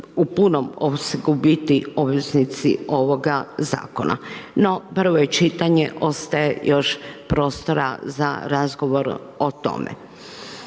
u punom opsegu biti obveznici ovoga zakona. No, prvo je čitanje, još prostora za razgovor o tome.